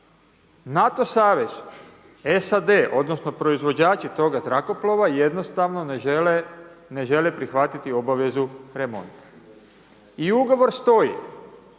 NATO savez, SAD, odnosno proizvođači toga zrakoplova jednostavno ne žele, ne žele prihvatiti obavezu remonta. I ugovor stoji,